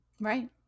Right